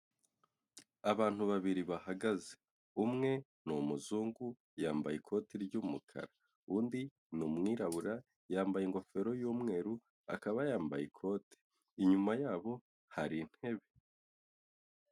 Abantu babiri bahagaze umwe ni umuzungu yambaye ikoti ry'umukara, undi ni umwirabura yambaye ingofero y'umweru akaba yambaye ikote, inyuma yabo hari intebe.